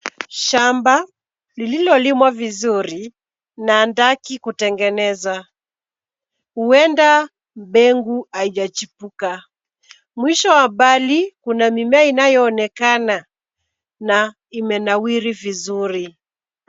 Shamba lililolimwa vizuri na andaki kutengeneza. Huenda mbegu haijachipuka. Mwisho wa mbali una mimea inayoonekana na imenawiri vizuri.